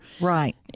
Right